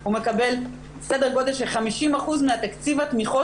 הוא מקבל סדר גודל של 50% מתקציב התמיכות